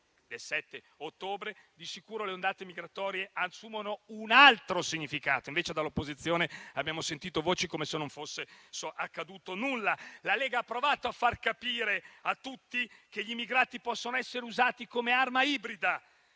del 7 ottobre, di sicuro le ondate migratorie assumono un altro significato; invece dall'opposizione abbiamo sentito voci come se non fosse accaduto nulla. La Lega ha provato a far capire a tutti che gli immigrati possono essere usati come arma ibrida